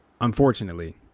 unfortunately